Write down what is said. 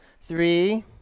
Three